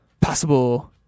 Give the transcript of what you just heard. possible